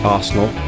Arsenal